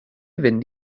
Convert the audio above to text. fynd